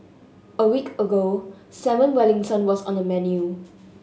a week ago Salmon Wellington was on the menu